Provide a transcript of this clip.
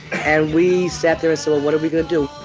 and we sat there as well. what are we going to do?